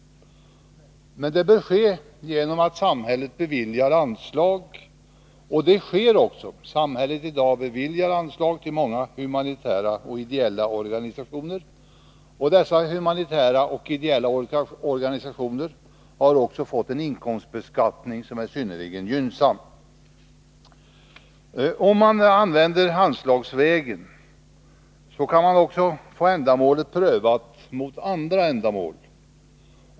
Men stödet bör ges genom att samhället beviljar anslag — och det sker också. Samhället beviljar i dag anslag till många humanitära och ideella organisationer, och dessa organisationer omfattas också av en inkomstbeskattning som är synnerligen gynnsam. Om man använder anslagsregeln, kan man också få ändamålet prövat mot andra ändamål.